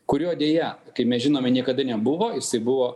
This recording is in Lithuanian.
kurio deja kaip mes žinome niekada nebuvo jisai buvo